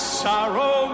sorrow